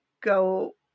go